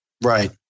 Right